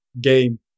game